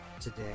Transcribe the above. today